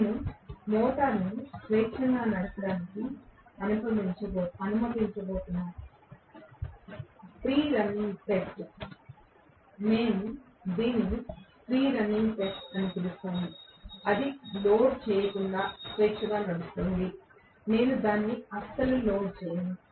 మేము మోటారును స్వేచ్ఛగా నడపడానికి అనుమతించబోతున్నాం ఉచిత రన్నింగ్ టెస్ట్ మేము దీనిని ఫ్రీ రన్నింగ్ అని పిలుస్తాము అది లోడ్ చేయకుండా స్వేచ్ఛగా నడుస్తోంది నేను దాన్ని అస్సలు లోడ్ చేయను